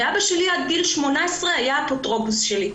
אבא שלי עד גיל 18 היה האפוטרופוס שלי.